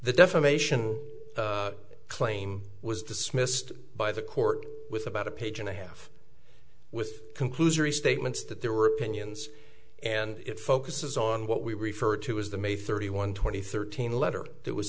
the defamation claim was dismissed by the court with about a page and a half with conclusory statements that there were opinions and it focuses on what we refer to as the may thirty one twenty thirteen letter